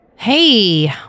Hey